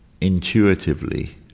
intuitively